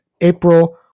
April